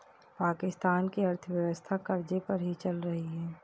पाकिस्तान की अर्थव्यवस्था कर्ज़े पर ही चल रही है